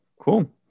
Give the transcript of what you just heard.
cool